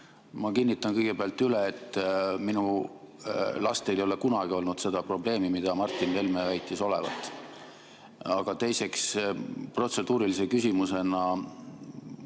Ma kinnitan kõigepealt üle, et minu lastel ei ole kunagi olnud seda probleemi, mis Martin Helme väitis olevat. Aga teiseks, protseduurilise küsimusena